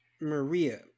Maria